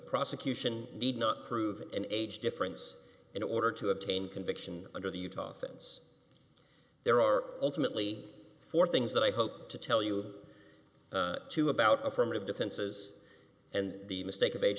prosecution need not prove an age difference in order to obtain conviction under the utah things there are ultimately four things that i hope to tell you too about affirmative defenses and the mistake of age